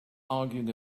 arguing